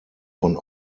von